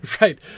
right